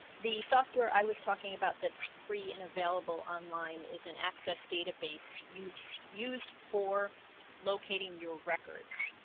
the software i was talking about that's free and available online is an access database you use for locating your records.